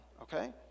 okay